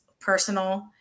personal